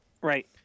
right